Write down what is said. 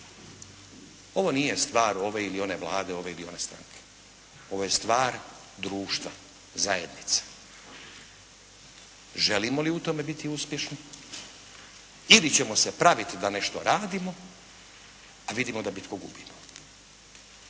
Ovo nije stvar ove ili one Vlade, ove ili one stranke, ovo je stvar društva, zajednice. Želimo li u tome biti uspješni ili ćemo se praviti da nešto radimo, a vidimo da bitku gubimo